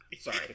sorry